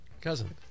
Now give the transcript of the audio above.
Cousin